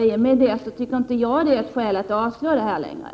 I och med det finns det inte längre något skäl att avslå vårt krav.